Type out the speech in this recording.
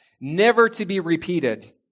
never-to-be-repeated